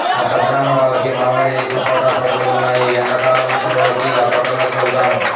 మా పెద్దనాన్న వాళ్లకి మామిడి, సపోటా తోటలు ఉన్నాయ్, ఎండ్లా కాలం సెలవులకి ఆ తోటల్లోకి వెళ్తాం